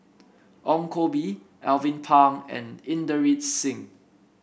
Ong Koh Bee Alvin Pang and Inderjit Singh